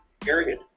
period